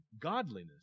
godliness